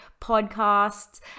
podcasts